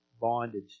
bondage